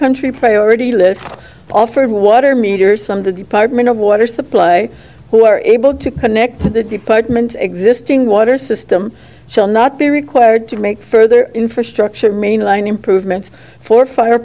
upcountry priority list offered water meters from the department of water supply who are able to connect to the department existing water system shall not be required to make further infrastructure mainline improvements for fire